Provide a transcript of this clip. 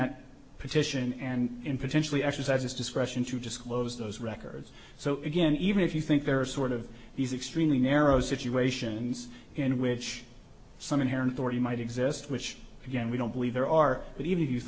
that petition and potentially exercise his discretion to disclose those records so again even if you think there are sort of these extremely narrow situations in which some inherent authority might exist which again we don't believe there are but even if you